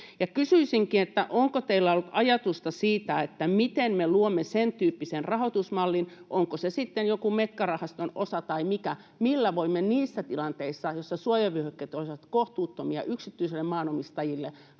kysyisinkin: Onko teillä ollut ajatusta siitä, miten me luomme sentyyppisen rahoitusmallin? Onko se sitten joku Metka-rahaston osa vai mikä, millä voimme niissä tilanteissa, joissa suojavyöhykkeet olisivat kohtuuttomia yksityisille maanomistajille,